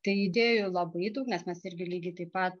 tai idėjų labai daug bet mes irgi lygiai taip pat